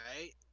right